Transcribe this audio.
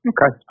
Okay